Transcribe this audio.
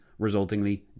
resultingly